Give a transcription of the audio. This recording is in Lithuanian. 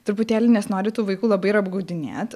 truputėlį nesinori tų vaikų labai ir apgaudinėt